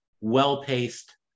well-paced